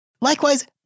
Likewise